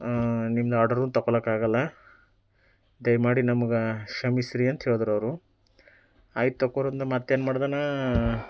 ನಿಮ್ದು ಆರ್ಡರೂ ತೊಗೊಳೋಕ್ಕಾಗೋಲ್ಲ ದಯಮಾಡಿ ನಮ್ಗೆ ಕ್ಷಮಿಸಿರಿ ಅಂತ ಹೇಳಿದರು ಅವರು ಆಯ್ತು ತೊಗೊಳಿ ಅಂತ ಮತ್ತೆ ಏನು ಮಾಡ್ದೆನಾ